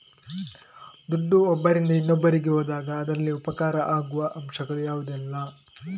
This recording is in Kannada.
ದುಡ್ಡು ಒಬ್ಬರಿಂದ ಇನ್ನೊಬ್ಬರಿಗೆ ಹೋದಾಗ ಅದರಲ್ಲಿ ಉಪಕಾರ ಆಗುವ ಅಂಶಗಳು ಯಾವುದೆಲ್ಲ?